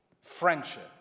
friendship